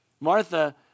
Martha